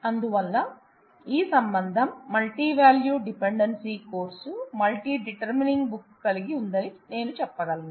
అందువల్ల ఈ సంబంధం multi valued dependency course multi determining book కలిగి ఉందని నేను చెప్పగలను